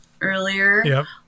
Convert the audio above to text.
earlier